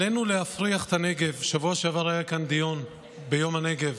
עלינו להפריח את הנגב בשבוע שעבר היה כאן דיון ביום הנגב.